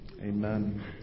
Amen